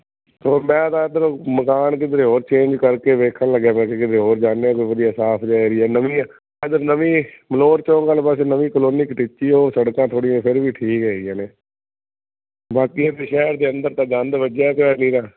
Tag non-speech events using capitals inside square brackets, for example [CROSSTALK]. ਓ ਮੈਂ ਤਾਂ ਇੱਧਰ ਮਕਾਨ ਕਿੱਧਰੇ ਹੋਰ ਚੇਂਜ ਕਰਕੇ ਵੇਖਣ ਲੱਗਿਆਂ ਮੈਖਾਂ ਕਿਤੇ ਹੋਰ ਜਾਂਦੇ ਕੋਈ ਵਧੀਆ ਸਾਫ ਜਿਹਾ ਏਰੀਆ ਨਵੀਆਂ ਇੱਧਰ ਨਵੀਂ ਬਲੋਰ ਚੌਂਕ ਵੱਲ ਵੈਸੇ ਨਵੀਂ ਕਲੋਨੀ [UNINTELLIGIBLE] ਉਹ ਸੜਕਾਂ ਥੋੜ੍ਹੀਆਂ ਫਿਰ ਵੀ ਠੀਕ ਹੈਗੀਆਂ ਨੇ ਬਾਕੀ ਇੱਧਰ ਸ਼ਹਿਰ ਦੇ ਅੰਦਰ ਤਾਂ ਗੰਦ ਵੱਜਿਆ ਪਿਆ ਪੂਰਾ